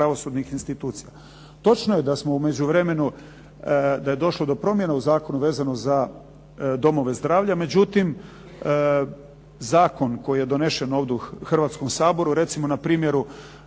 pravosudnih institucija. Točno je da smo u međuvremenu da je došlo do promjenu u zakonu vezano za domove zdravlja, no međutim zakon koji je donesen ovdje u Hrvatskom saboru recimo na primjeru